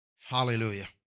Hallelujah